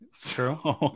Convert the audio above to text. true